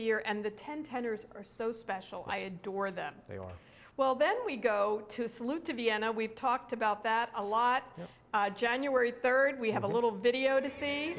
the year and the ten ten years are so special i adore them well then we go to salute to vienna we've talked about that a lot january third we have a little video to see